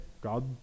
God